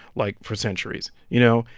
like, for centuries, you know?